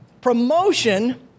promotion